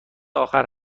آخر